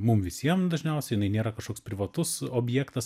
mum visiem dažniausiai jinai nėra kažkoks privatus objektas